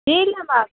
ಇಲ್ಲಮ್ಮ